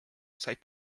said